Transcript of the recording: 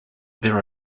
there